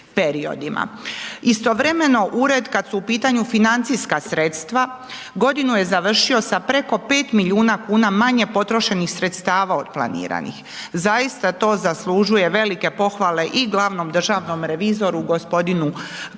Istovremeno ured kad su u pitanju financijska sredstva godinu je završio sa preko 5 milijuna kuna manje potrošenih sredstava od planiranih, zaista to zaslužuje velike pohvale i glavnom državnom revizoru gospodinu Klešiću,